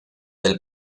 del